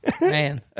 Man